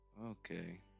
Okay